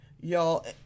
y'all